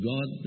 God